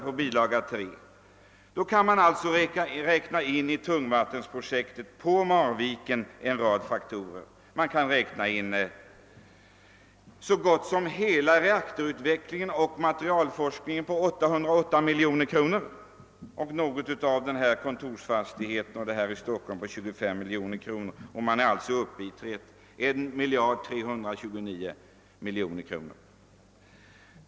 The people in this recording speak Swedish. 3 finner jag en rad faktorer som ingår i tungvattenprojektet i Marviken. Vi kan sålunda ta med så gott som hela kostnaden för reaktorutvecklingen och materialforskningen på 808 miljoner kronor och något kostnaden för kontorsfastigheter m.m. i Stockholm på 25 miljoner kronor. Då är det totala beloppet uppe i 1 miljard 329 miljoner kronor.